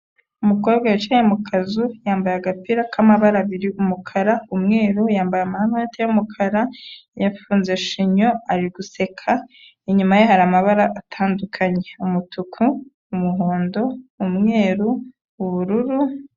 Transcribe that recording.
Umukobwa wicaye mu kazu, yambaye agapira k'amabara abiri, umukara, umweru, yambaye amarineti y'umukara, yafunze shinyo, ari guseka, inyuma ye hari amabara atandukanye, umutuku, umuhondo, umweru, ubururu.